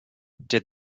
did